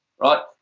right